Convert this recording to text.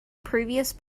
previous